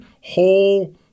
whole